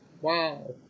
wow